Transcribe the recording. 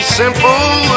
simple